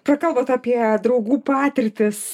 prakalbot apie draugų patirtis